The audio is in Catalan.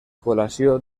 col·lació